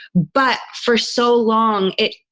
but for so long it,